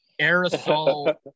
aerosol